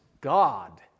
God